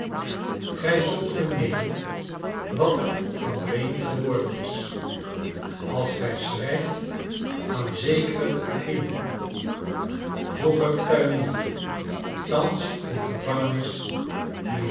gij zult vernemen wat er van rémi geworden is als gij schrijft aan zekeren acquin vroeger tuinier thans in de gevangenis